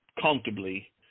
comfortably